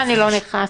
יש.